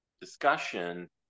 discussion